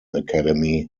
academy